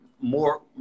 more